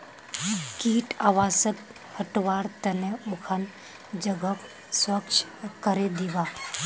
कीट आवासक हटव्वार त न उखन जगहक स्वच्छ करे दीबा